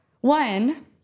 One